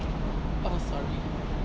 oh sorry